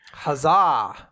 Huzzah